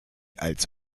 als